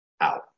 out